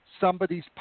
somebody's